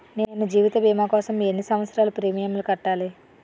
నేను జీవిత భీమా కోసం ఎన్ని సంవత్సారాలు ప్రీమియంలు కట్టాలి?